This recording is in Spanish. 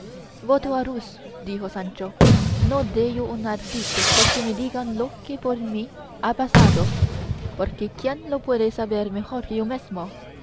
voto a rus dijo sancho no dé yo un ardite porque me digan lo que por mí ha pasado porque quién lo puede saber mejor que yo mesmo